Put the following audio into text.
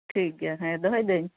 ᱴᱷᱤᱠ ᱜᱮᱭᱟ ᱦᱮᱸ ᱫᱚᱦᱚᱭᱮᱫᱟᱹᱧ